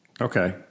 okay